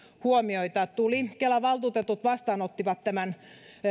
huomioita tuli kelan valtuutetut vastaanottivat tämän